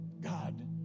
God